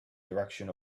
direction